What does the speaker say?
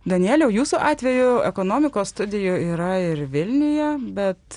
danieliau jūsų atveju ekonomikos studijų yra ir vilniuje bet